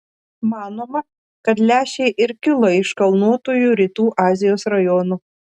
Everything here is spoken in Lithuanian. manoma kad lęšiai ir kilo iš kalnuotųjų rytų azijos rajonų